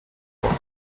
froid